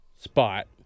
spot